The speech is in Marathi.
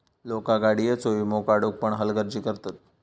लोका गाडीयेचो वीमो काढुक पण हलगर्जी करतत